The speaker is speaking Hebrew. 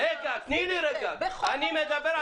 רגע, אני מדבר.